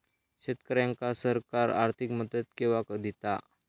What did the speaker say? शेतकऱ्यांका सरकार आर्थिक मदत केवा दिता?